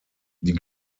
die